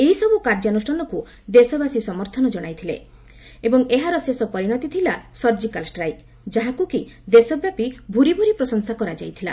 ଏହିସବୁ କାର୍ଯ୍ୟାନୁଷ୍ଠାନକୁ ଦେଶବାସୀ ସମର୍ଥନ ଜଶାଇଥିଲେ ଏବଂ ଏହାର ଶେଷ ପରିଶତି ଥିଲା ସର୍ଜିକାଲ ଷ୍ଟ୍ରାଇକ୍ ଯାହାକୁ କି ଦେଶବ୍ୟାପୀ ଭ୍ରିଭ୍ରି ପ୍ରଶଂସା କରାଯାଇଥିଲା